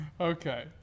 Okay